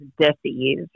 dis-ease